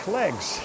legs